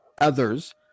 others